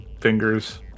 fingers